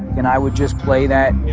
and i would just play that